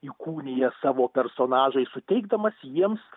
įkūnija savo personažais suteikdamas jiems